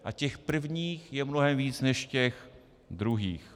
A těch prvních je mnohem víc než těch druhých.